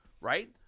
right